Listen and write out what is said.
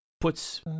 puts